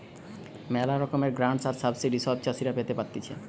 ম্যালা রকমের গ্রান্টস আর সাবসিডি সব চাষীরা পেতে পারতিছে